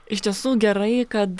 iš tiesų gerai kad